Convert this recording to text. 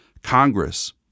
congress